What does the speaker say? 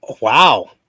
Wow